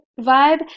vibe